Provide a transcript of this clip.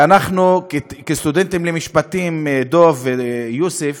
ואנחנו, כסטודנטים למשפטים, דב ויוסף,